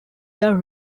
their